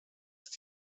ist